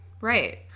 Right